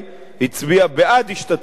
הצביעה בעד השתתפותו,